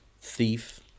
Thief